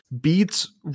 beats